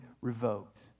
revoked